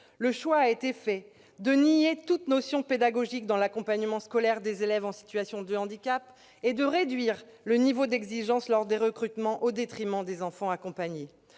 Le choix a été fait de nier toute notion pédagogique dans l'accompagnement scolaire des élèves en situation de handicap et de réduire le niveau d'exigence lors des recrutements, au détriment des enfants accompagnés.